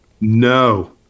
No